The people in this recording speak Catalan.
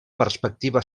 perspectiva